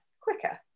quicker